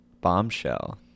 Bombshell